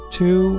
two